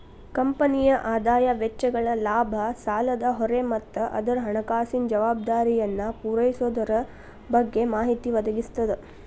ಕಂಪನಿಯ ಆದಾಯ ವೆಚ್ಚಗಳ ಲಾಭ ಸಾಲದ ಹೊರೆ ಮತ್ತ ಅದರ ಹಣಕಾಸಿನ ಜವಾಬ್ದಾರಿಯನ್ನ ಪೂರೈಸೊದರ ಬಗ್ಗೆ ಮಾಹಿತಿ ಒದಗಿಸ್ತದ